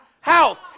house